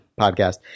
podcast